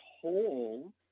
whole